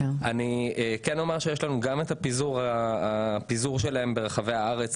אני כן אומר שיש לנו גם את הפיזור שלהם ברחבי הארץ,